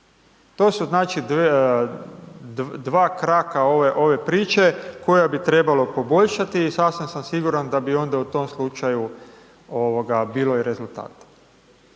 znači, dva kraka ove priče koja bi trebalo poboljšati i sasvam sam siguran da bi onda u tom slučaju bilo i rezultata.